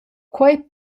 quei